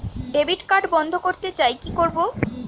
Debit card বন্ধ করতে চাই কি করব?